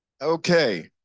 Okay